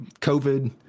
COVID